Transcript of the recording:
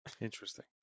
Interesting